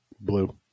blue